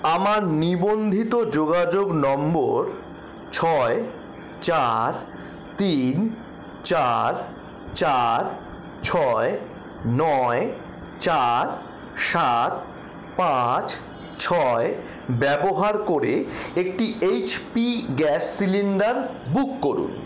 আমার নিবন্ধিত যোগাযোগ নম্বর ছয় চার তিন চার চার ছয় নয় চার সাত পাঁচ ছয় ব্যবহার করে একটি H P gas cylinder book করুন